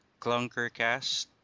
clunkercast